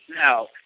Now